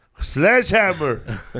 Sledgehammer